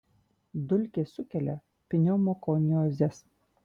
dulkės sukelia pneumokoniozes